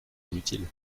inutile